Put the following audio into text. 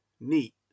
Neat